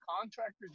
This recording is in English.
contractors